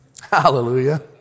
Hallelujah